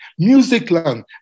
Musicland